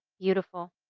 Beautiful